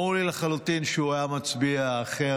ברור לי לחלוטין שהוא היה מצביע אחרת.